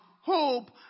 hope